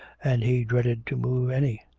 and he dreaded to move any.